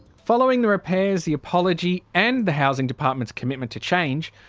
following the repairs, the apology and the housing department's commitment to change,